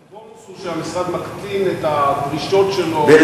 הבונוס הוא שהמשרד מקטין את הדרישות שלו.